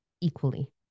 equally